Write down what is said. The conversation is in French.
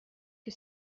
que